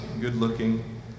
good-looking